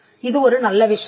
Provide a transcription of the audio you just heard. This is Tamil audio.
இது ஒரு நல்ல விஷயம்